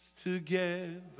together